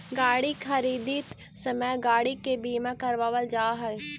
गाड़ी खरीदित समय गाड़ी के बीमा करावल जा हई